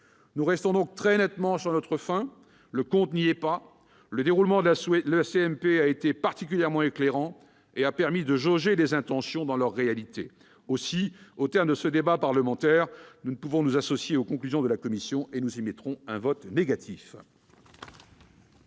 nous restons très nettement sur notre faim. Le compte n'y est pas. Le déroulement de la CMP a été particulièrement éclairant et a permis de jauger la réalité des intentions. Aussi, au terme de ce débat parlementaire, nous ne pouvons nous associer aux conclusions de la commission, et nous émettrons un vote négatif